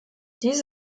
dies